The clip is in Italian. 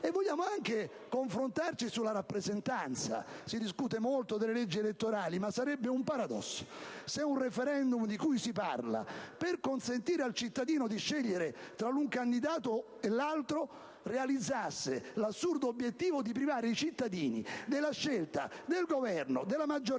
Vogliamo anche confrontarci sulla rappresentanza. Si discute molto delle leggi elettorali, ma sarebbe un paradosso se un *referendum* di cui si parla, per consentire al cittadino di scegliere tra un candidato e l'altro, realizzasse l'assurdo obiettivo di privare i cittadini della scelta del Governo, della maggioranza,